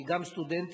שגם היא סטודנטית,